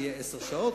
שיהיו עשר שעות,